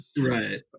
right